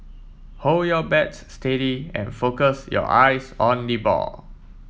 hold your bat steady and focus your eyes on the ball